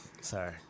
Sorry